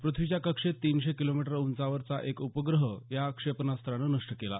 प्रथ्वीच्या कक्षेत तीनशे किलोमीटर उंचावरचा एक उपग्रह या क्षेपणास्त्रानं नष्ट केला